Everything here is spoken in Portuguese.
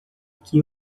que